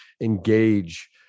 engage